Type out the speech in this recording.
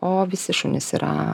o visi šunys yra